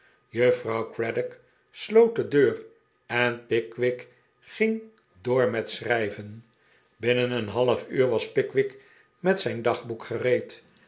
juffrouw craddock sloot de deur en pickwick ging door met schrijven binnen een half uur was pickwick met zijn dagboek gereed